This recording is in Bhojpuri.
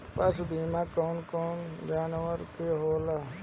पशु बीमा कौन कौन जानवर के होला?